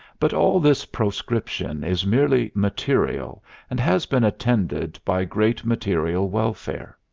but all this proscription is merely material and has been attended by great material welfare.